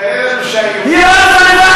אתה מגלה לנו שהיהודים, היא רצה לבד.